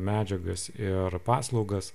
medžiagas ir paslaugas